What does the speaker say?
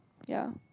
ya